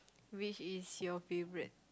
which is your favourite